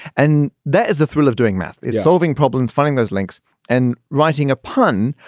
and that is the thrill of doing math is solving problems. finding those links and writing a pun,